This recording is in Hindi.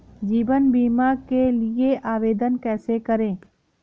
जीवन बीमा के लिए आवेदन कैसे करें?